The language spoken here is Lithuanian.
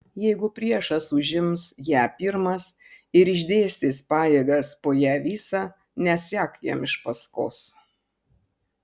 jeigu priešas užims ją pirmas ir išdėstys pajėgas po ją visą nesek jam iš paskos